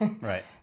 Right